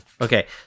Okay